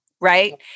Right